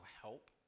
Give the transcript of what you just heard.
help